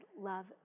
love